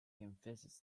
confesses